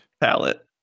Palette